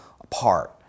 apart